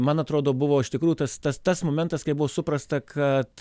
man atrodo buvo iš tikrųjų tas tas tas momentas kai buvo suprasta kad